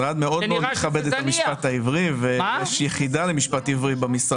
המשרד מאוד מאוד מכבד את המשפט העברי ויש במשרד יחידה למשפט עברי.